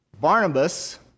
Barnabas